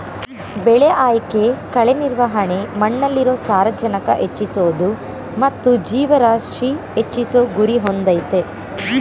ಬೆಳೆ ಆಯ್ಕೆ ಕಳೆ ನಿರ್ವಹಣೆ ಮಣ್ಣಲ್ಲಿರೊ ಸಾರಜನಕ ಹೆಚ್ಚಿಸೋದು ಮತ್ತು ಜೀವರಾಶಿ ಹೆಚ್ಚಿಸೋ ಗುರಿ ಹೊಂದಯ್ತೆ